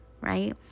right